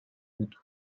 بود